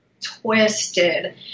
twisted